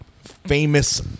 famous